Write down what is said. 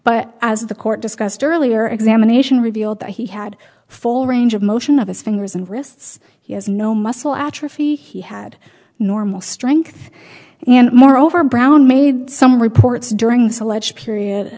but as the court discussed earlier examination revealed that he had full range of motion of his fingers and wrists he has no muscle atrophy he had normal strength and moreover brown made some reports during this alleged period